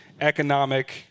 economic